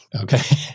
okay